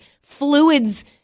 fluids